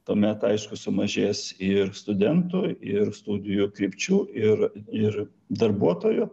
tuomet aišku sumažės ir studentų ir studijų krypčių ir ir darbuotojų